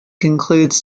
concludes